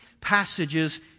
passages